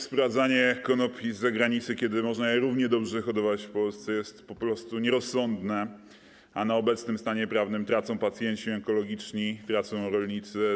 Sprowadzanie konopi z zagranicy, kiedy można je równie dobrze hodować w Polsce, jest po prostu nierozsądne, a na obecnym stanie prawnym tracą pacjenci onkologiczni, tracą rolnicy.